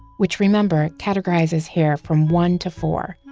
which remember categorizes here from one to four.